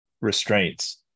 restraints